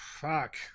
Fuck